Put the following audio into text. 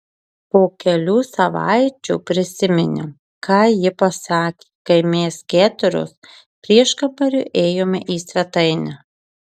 po kelių savaičių prisiminiau ką ji pasakė kai mes keturios prieškambariu ėjome į svetainę